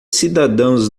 cidadãos